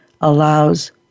allows